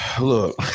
Look